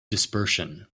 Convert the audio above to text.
dispersion